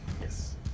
Yes